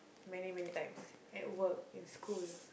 many many times at work in school